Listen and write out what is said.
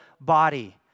body